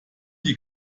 die